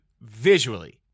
visually